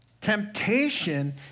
Temptation